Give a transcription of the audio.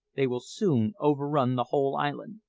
they will soon overrun the whole island.